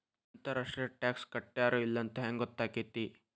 ಅಂತರ್ ರಾಷ್ಟ್ರೇಯ ಟಾಕ್ಸ್ ಕಟ್ಟ್ಯಾರೋ ಇಲ್ಲೊಂತ್ ಹೆಂಗ್ ಹೊತ್ತಾಕ್ಕೇತಿ?